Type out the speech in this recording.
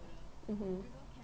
mmhmm